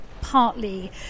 partly